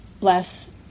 less